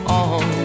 on